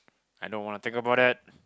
I don't wanna think about that